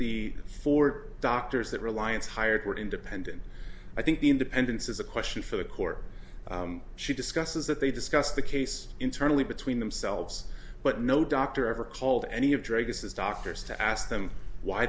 the four doctors that reliance hired were independent i think the independence is a question for the court she discusses that they discuss the case internally between themselves but no doctor ever called any of this is doctors to ask them why